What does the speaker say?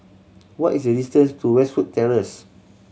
what is the distance to Westwood Terrace